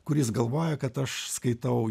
kuris galvoja kad aš skaitau